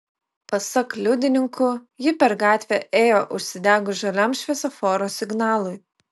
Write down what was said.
pasak liudininkų ji per gatvę ėjo užsidegus žaliam šviesoforo signalui